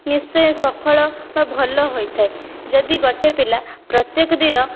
ନିଶ୍ଚୟ ସଫଳ ବା ଭଲ ହୋଇଥାଏ ଯଦି ଗୋଟେ ପିଲା ପ୍ରତ୍ଯେକ ଦିନ